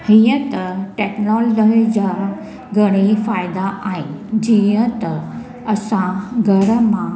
हीअं त टेक्नॉनमे जा घणा ई फ़ाइदा आहिनि जीअं त असां घर मां